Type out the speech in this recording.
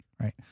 right